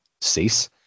cease